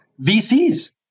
VCs